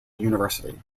university